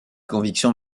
convictions